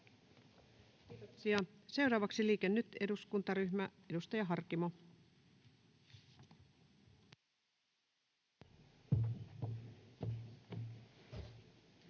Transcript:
Kiitoksia. — Seuraavaksi Liike Nyt -eduskuntaryhmä, edustaja Harkimo.